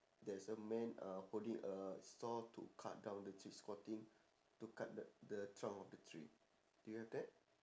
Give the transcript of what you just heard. there's a man uh holding a saw to cut down the tree squatting to cut th~ the trunk of the tree do you have that